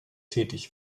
tätig